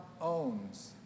owns